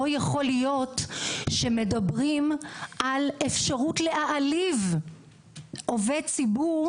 לא יכול להיות שמדברים על אפשרות להעליב עובד ציבור